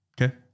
Okay